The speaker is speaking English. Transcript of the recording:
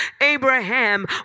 Abraham